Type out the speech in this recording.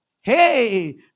Hey